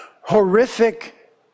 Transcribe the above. horrific